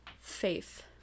faith